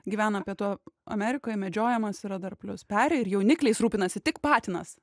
gyvena pietų amerikoj medžiojamas yra dar plius peri ir jaunikliais rūpinasi tik patinas